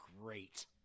great